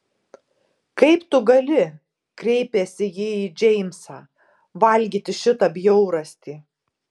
kaip tu gali kreipėsi ji į džeimsą valgyti šitą bjaurastį